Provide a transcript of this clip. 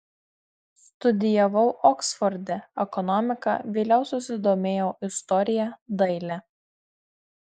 studijavau oksforde ekonomiką vėliau susidomėjau istorija daile